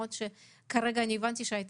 למרות שהבנתי שכרגע היו